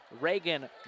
Reagan